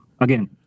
again